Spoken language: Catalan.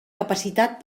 capacitat